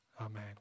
Amen